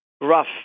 rough